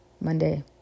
Monday